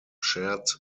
shared